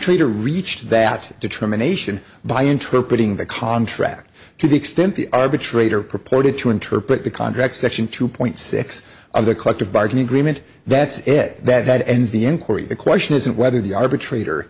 arbitrator reached that determination by interpreting the contract to the extent the arbitrator purported to interpret the contract section two point six on the collective bargaining agreement that's it that ends the inquiry the question isn't whether the arbitrator